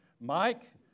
Mike